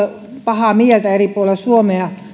pahaa mieltä eri puolilla suomea